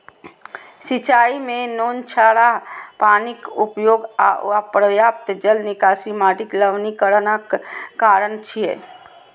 सिंचाइ मे नोनछराह पानिक उपयोग आ अपर्याप्त जल निकासी माटिक लवणीकरणक कारण छियै